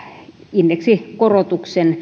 indeksikorotuksen